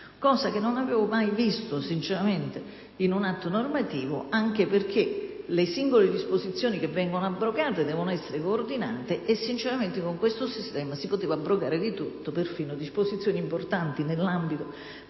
che non avevo mai riscontrato in un atto normativo, anche perché le singole disposizioni che vengono abrogate devono essere coordinate. Sinceramente con questo sistema si poteva abrogare di tutto, perfino disposizioni importanti nell'ambito